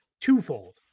twofold